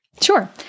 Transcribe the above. Sure